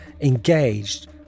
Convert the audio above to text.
engaged